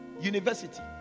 University